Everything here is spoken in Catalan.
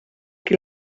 qui